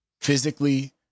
physically